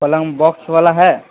پلنگ باکس والا ہے